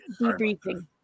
debriefing